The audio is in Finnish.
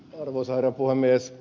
arvoisa herra puhemies